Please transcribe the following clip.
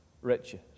riches